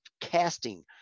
casting